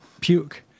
puke